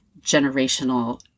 generational